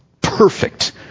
Perfect